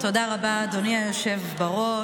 תודה רבה, אדוני היושב-ראש.